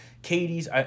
Katie's